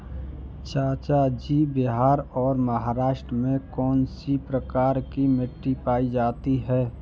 चाचा जी बिहार और महाराष्ट्र में कौन सी प्रकार की मिट्टी पाई जाती है?